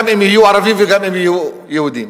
גם אם יהיו ערבים וגם אם יהיו יהודים.